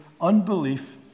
unbelief